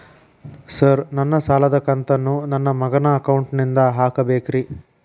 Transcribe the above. Sir ನನ್ನ ಸಾಲದ ಕಂತನ್ನು ನನ್ನ ಮಗನ ಅಕೌಂಟ್ ನಿಂದ ಹಾಕಬೇಕ್ರಿ?